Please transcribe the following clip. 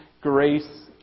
grace